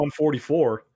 144